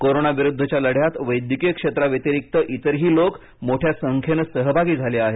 कोरोनाविरुद्धच्या लढ्यात वैद्यकीय क्षेत्राव्यतिरिक्त इतरही लोक मोठ्या संख्येनं सहभागी झाले आहेत